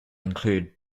include